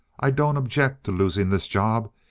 i don't object to losing this job.